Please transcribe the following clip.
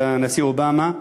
לנשיא אובמה,